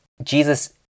Jesus